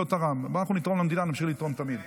אינה נוכחת.